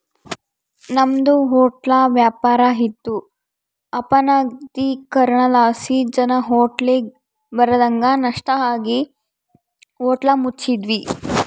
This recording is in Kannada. ನಮ್ದು ಹೊಟ್ಲ ವ್ಯಾಪಾರ ಇತ್ತು ಅಪನಗದೀಕರಣಲಾಸಿ ಜನ ಹೋಟ್ಲಿಗ್ ಬರದಂಗ ನಷ್ಟ ಆಗಿ ಹೋಟ್ಲ ಮುಚ್ಚಿದ್ವಿ